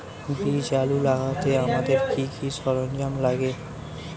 বীজ আলু লাগাতে আমাদের কি কি সরঞ্জাম লাগে?